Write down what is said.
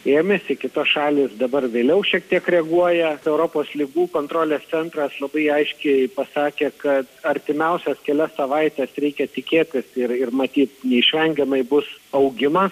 ėmėsi kitos šalys ir dabar vėliau šiek tiek reaguoja į europos ligų kontrolės centras labai aiškiai pasakė kad artimiausias kelias savaites reikia tikėtis ir ir matyt neišvengiamai bus augimas